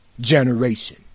generation